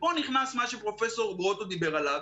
ופה נכנס מה שפרופ' גרוטו דיבר עליו,